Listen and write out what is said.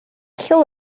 kill